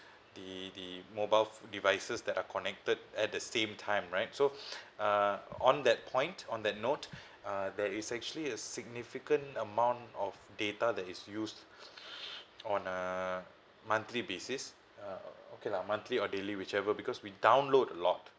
the the mobile devices that are connected at the same time right so uh on that point on that note uh there is actually a significant amount of data that is used on a monthly basis uh okay lah monthly or daily whichever because we download a lot